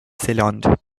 zélande